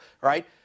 right